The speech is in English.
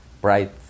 bright